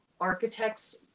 architects